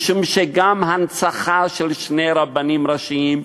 משום שגם הנצחה של שני רבנים ראשיים,